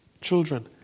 children